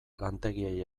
lantegiei